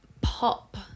Pop